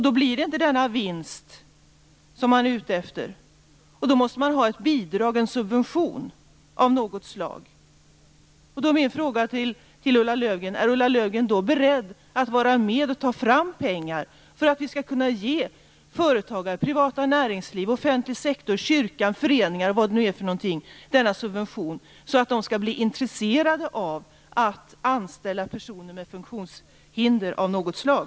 Då blir det inte den vinst som man är ute efter, och därför måste man få bidrag, en subvention av något slag. Då är min fråga till Ulla Löfgren: Är Ulla Löfgren beredd att vara med och ta fram pengar till företagare, privat näringsliv, offentlig sektor, kyrkor, föreningar och allt vad det nu kan vara större subventioner så att de blir intresserade av att anställa personer med funktionshinder av något slag?